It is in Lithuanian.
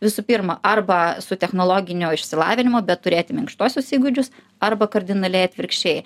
visų pirma arba su technologinio išsilavinimo bet turėti minkštuosius įgūdžius arba kardinaliai atvirkščiai